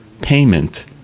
payment